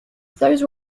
those